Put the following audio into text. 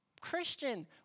Christian